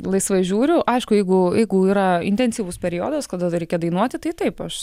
laisvai žiūriu aišku jeigu jeigu yra intensyvus periodas kada dar reikia dainuoti tai taip aš